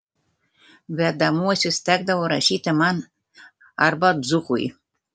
vedamuosius tekdavo rašyti man arba dzūkui